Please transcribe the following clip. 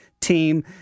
team